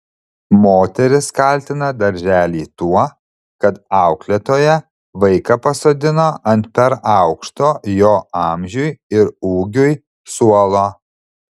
moteris kaltina darželį tuo kad auklėtoja vaiką pasodino ant per aukšto jo amžiui ir ūgiui suolo